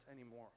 anymore